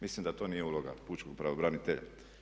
Mislim da to nije uloga pučkog pravobranitelja.